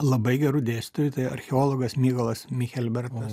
labai gerų dėstytojų tai archeologas mykolas michelbertas